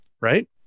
right